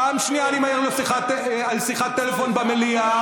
פעם שנייה שאני מעיר על שיחת טלפון במליאה.